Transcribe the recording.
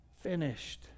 finished